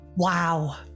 Wow